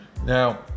Now